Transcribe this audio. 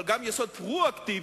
אבל גם יסוד פרו-אקטיבי,